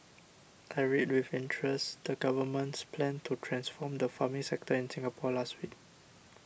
I read with interest the Government's plan to transform the farming sector in Singapore last week